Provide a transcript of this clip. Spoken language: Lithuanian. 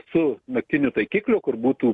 su naktiniu taikikliu kur būtų